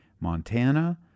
Montana